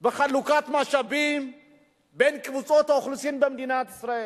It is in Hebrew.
בחלוקת משאבים בין קבוצות האוכלוסין במדינת ישראל?